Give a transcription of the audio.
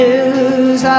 News